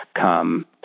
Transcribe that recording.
come